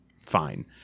fine